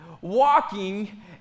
walking